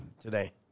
today